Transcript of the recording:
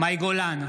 מאי גולן,